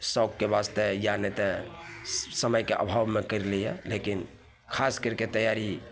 शौकके वास्ते या नहि तऽ समयके अभावमे करि लैए लेकिन खासकरिके तैआरी